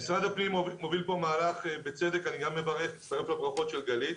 משרד הפנים מוביל כאן מהלך שאני מברך עליו ומצטרף לברכות של גלית.